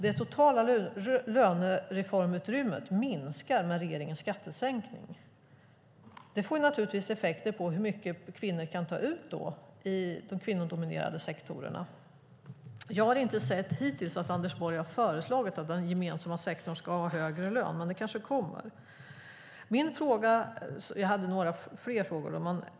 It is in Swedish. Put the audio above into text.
Det totala lönereformutrymmet minskar med regeringens skattesänkning. Det får naturligtvis effekter när det gäller hur mycket kvinnor kan ta ut i de kvinnodominerade sektorerna. Jag har inte sett hittills att Anders Borg har föreslagit att man i den gemensamma sektorn ska ha högre lön, men det kanske kommer. Jag har några fler frågor.